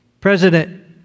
President